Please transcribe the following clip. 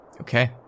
Okay